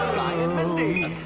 um and mindy.